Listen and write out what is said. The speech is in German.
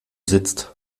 sitzt